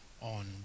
on